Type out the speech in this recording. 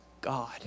God